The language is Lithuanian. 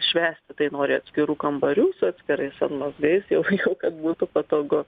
švęsti tai nori atskirų kambarių su atskirais sanmazgais jau jau kad būtų patogu